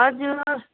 हजुर